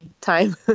time